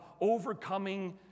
overcoming